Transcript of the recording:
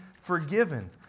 forgiven